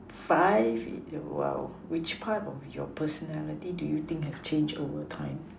five !wow! which part of your personality do you think has changed over time